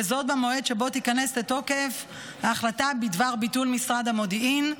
וזאת במועד שבו תיכנס לתוקף ההחלטה בדבר ביטול משרד המודיעין,